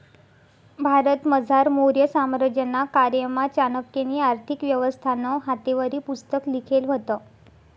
भारतमझार मौर्य साम्राज्यना कायमा चाणक्यनी आर्थिक व्यवस्थानं हातेवरी पुस्तक लिखेल व्हतं